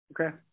Okay